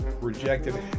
rejected